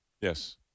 Yes